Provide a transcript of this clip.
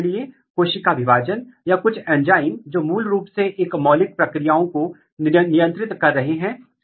पहली बातचीत आनुवंशिक बातचीत है अगर आनुवंशिक रूप से दो जीन बातचीत कर रहे हैं तो इसका क्या मतलब है